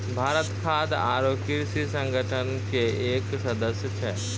भारत खाद्य आरो कृषि संगठन के एक सदस्य छै